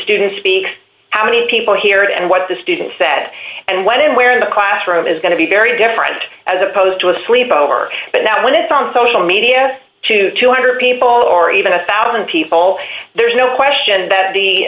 students speak how many people hear it and what the student said and when and where the classroom is going to be very different as opposed to a sleepover but that when it's on social media to two hundred people or even a one thousand people there's no question that the